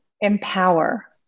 empower